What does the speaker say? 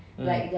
mm